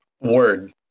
Word